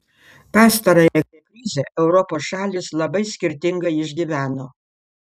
pastarąją krizę europos šalys labai skirtingai išgyveno